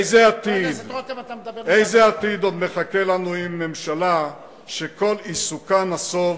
איזה עתיד עוד מחכה לנו עם ממשלה שכל עיסוקה נסב